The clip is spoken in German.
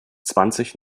zwanzig